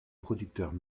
producteurs